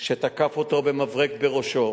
שתקף אותו במברג בראשו,